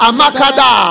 Amakada